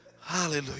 Hallelujah